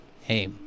Hey